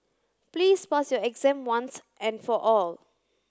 please pass your exam once and for all